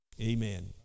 Amen